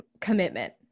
commitment